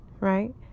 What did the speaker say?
right